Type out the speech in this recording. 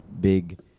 big